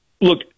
look